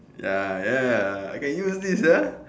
ya ya I can use this uh